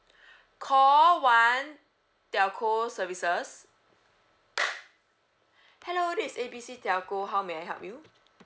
call one telco services hello this is A B C telco how may I help you